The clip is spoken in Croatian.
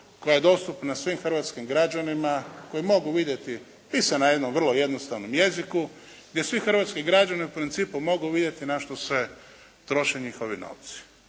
koja je dostupna svim hrvatskim građanima, koji mogu vidjeti, pisana je na jednom vrlo jednostavnom jeziku, gdje svih hrvatski građani u principu mogu vidjeti na što se troše njihovi novci.